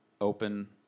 open